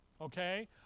Okay